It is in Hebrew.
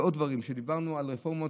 זה עוד דברים: כשדיברנו על רפורמות,